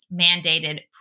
mandated